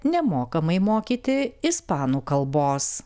nemokamai mokyti ispanų kalbos